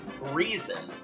reason